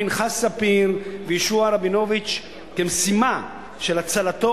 פנחס ספיר ויהושע רבינוביץ כמשימה של הצלתו